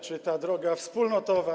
Czy droga wspólnotowa.